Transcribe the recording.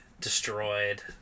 destroyed